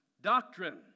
Doctrine